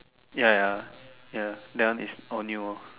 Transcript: ya ya ya that one is all new or